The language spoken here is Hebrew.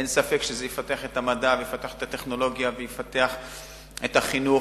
אין ספק שזה יפתח את המדע ויפתח את הטכנולוגיה ויפתח את החינוך.